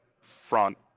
front